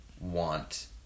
want